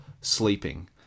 sleeping